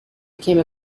became